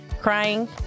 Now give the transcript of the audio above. Crying